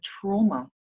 trauma